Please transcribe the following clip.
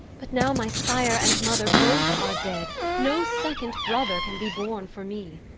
but, now my sire and mother both are dead, no second brother can be born for me.